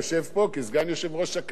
אתה לא יושב כחבר האופוזיציה.